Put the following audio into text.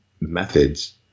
methods